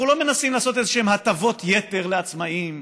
אנחנו לא מנסים לעשות איזשהן הטבות יתר לעצמאים,